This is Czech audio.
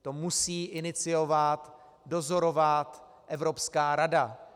To musí iniciovat, dozorovat Evropská rada.